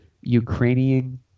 Ukrainian